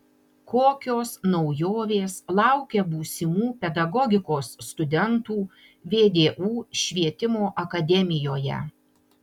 kokios naujovės laukia būsimų pedagogikos studentų vdu švietimo akademijoje